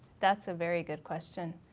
that's a very good question.